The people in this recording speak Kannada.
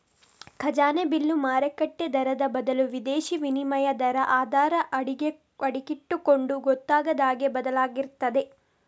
ಖಜಾನೆ ಬಿಲ್ಲು ಮಾರುಕಟ್ಟೆ ದರದ ಬದಲು ವಿದೇಶೀ ವಿನಿಮಯ ದರ ಆಧಾರ ಆಗಿಟ್ಟುಕೊಂಡು ಗೊತ್ತಾಗದ ಹಾಗೆ ಬದಲಾಗ್ತಿರ್ತದೆ